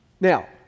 Now